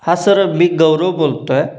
हा सर मी गौरव बोलत आहे